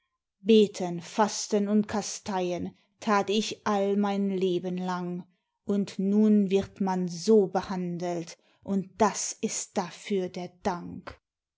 beten fasten und kasteien tat ich all mein leben lang und nun wird man so behandelt und das ist dafür der dank